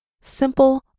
simple